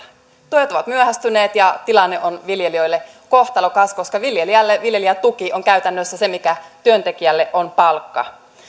tuet ovat myöhästyneet ja tilanne on viljelijöille kohtalokas koska viljelijälle viljelijätuki on käytännössä se mikä työntekijälle on palkka